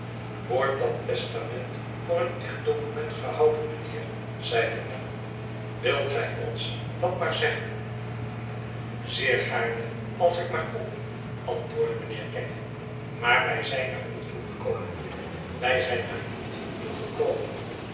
wordt dat testament voor een echt document gehouden mijnheer zeide allan wilt gij ons dat maar zeggen zeer gaarne als ik maar kon antwoordde mijnheer kenge maar wij zijn daar niet toe gekomen wij zijn daar niet